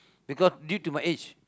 because due to my age